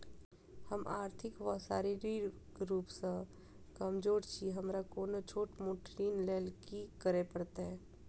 हम आर्थिक व शारीरिक रूप सँ कमजोर छी हमरा कोनों छोट मोट ऋण लैल की करै पड़तै?